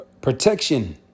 protection